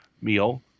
meal